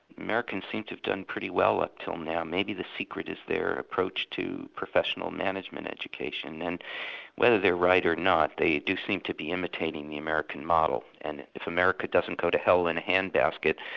americans seem to have done pretty well up till now, maybe the secret is their approach to professional management education', and whether they're right or not, they do seem to be imitating the american model, and if america doesn't go to hell in a handbasket,